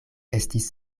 estis